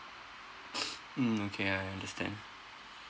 mm okay I understand